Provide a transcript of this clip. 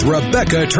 Rebecca